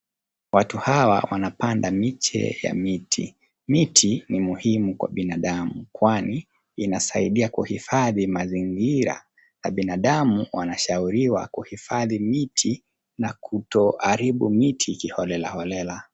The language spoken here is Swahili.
Watu hawa wanapanda miche ya miti. Miti ni muhimu kwa binadamu kwani inasaidia kuhifadhi mazingira na binadamu wanashauriwa kuhifadhi miti na kutoharibu miti kiholelaholela.